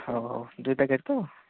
ହଉ ଦୁଇ ପ୍ୟାକେଟ୍ ତ